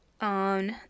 on